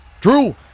Drew